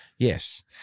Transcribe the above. Yes